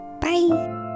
Bye